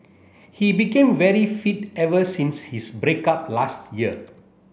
he became very fit ever since his break up last year